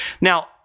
Now